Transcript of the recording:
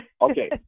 Okay